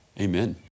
Amen